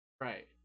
Right